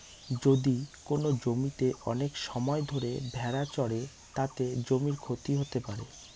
যদি কোনো জমিতে অনেক সময় ধরে ভেড়া চড়ে, তাতে জমির ক্ষতি হতে পারে